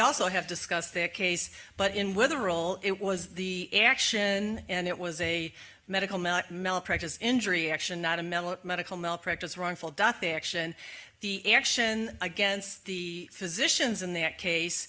also have discussed their case but in weather all it was the action and it was a medical malpractise injury action not a mental medical malpractise wrongful death action the action against the physicians in that